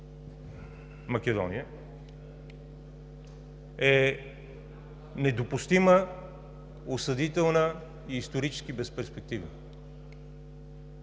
Македония, е недопустима, осъдителна и исторически безперспективна.